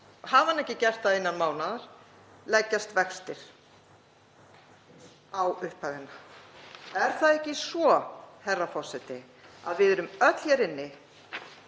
fyrirtækið ekki gert það innan mánaðar leggjast vextir á upphæðina. Er það ekki svo, herra forseti, að við erum öll hér inni